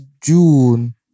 June